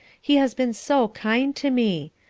he has been so kind to me.